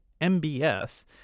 MBS